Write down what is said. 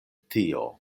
tio